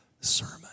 sermon